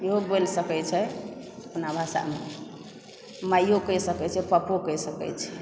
इहो बोलि सकैत छै अपना भाषामे माइयो कहि सकैत छै पप्पो कहि सकैत छै